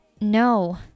no